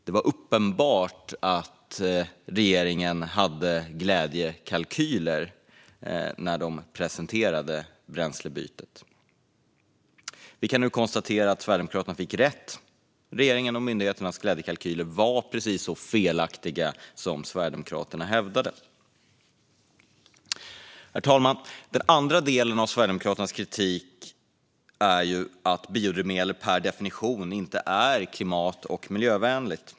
Det var uppenbart att regeringen utgick från glädjekalkyler när man presenterade bränslebytet. Vi kan nu konstatera att Sverigedemokraterna fick rätt. Regeringens och myndigheternas glädjekalkyler var precis så felaktiga som Sverigedemokraterna hävdade. Herr talman! Den andra delen av Sverigedemokraternas kritik handlar om att biodrivmedel inte per definition är klimat och miljövänliga.